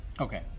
Okay